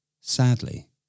Sadly